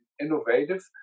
innovative